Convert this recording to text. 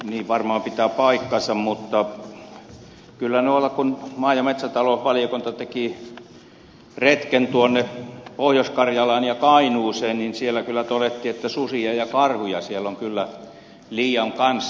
niin varmaan pitää paikkansa mutta kun maa ja metsätalousvaliokunta teki retken pohjois karjalaan ja kainuuseen niin siellä kyllä todettiin että susia ja karhuja siellä on kyllä liian kanssa